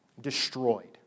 destroyed